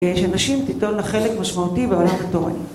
כשנשים תטעון לחלק משמעותי בעולם התורני.